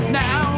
now